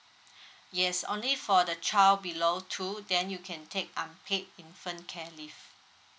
yes only for the child below two then you can take unpaid infant care leave